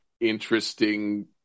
interesting